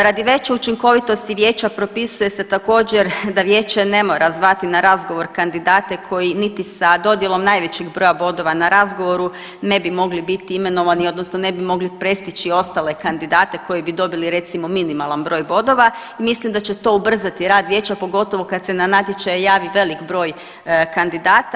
Radi veće učinkovitosti vijeća propisuje se također da vijeće ne mora zvati na razgovor kandidate koji niti sa dodjelom najvećeg broja bodova na razgovoru ne bi mogli biti imenovani odnosno ne bi mogli prestići ostale kandidate koji bi dobili recimo minimalan broj bodova i mislim da će to ubrzati rad vijeća, pogotovo kad se na natječaj javi velik broj kandidata.